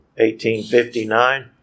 1859